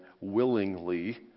willingly